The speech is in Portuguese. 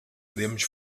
podemos